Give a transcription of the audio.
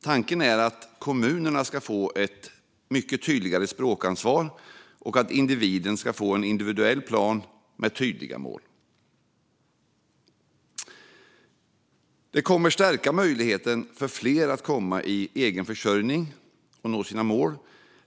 Tanken är att kommunerna ska få ett mycket tydligare språkansvar och att individen ska få en individuell plan med tydliga mål. Det kommer att stärka möjligheten för fler att komma i egenförsörjning och att nå sina mål.